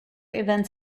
events